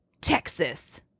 Texas